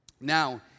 Now